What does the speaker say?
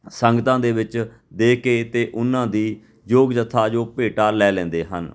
ਸੰਗਤਾਂ ਦੇ ਵਿੱਚ ਦੇ ਕੇ ਅਤੇ ਉਨਾਂ ਦੀ ਯੋਗ ਜਥਾ ਜੋ ਭੇਟਾ ਲੈ ਲੈਂਦੇ ਹਨ